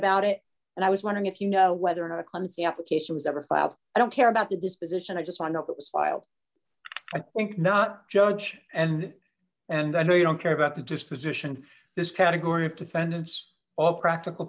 about it and i was wondering if you know whether or not a clumsy application was ever filed i don't care about the disposition i just i know it was filed i think not judge and and i know you don't care about the disposition this category of defendants all practical